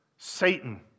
Satan